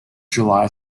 july